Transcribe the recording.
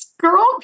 girl